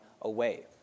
away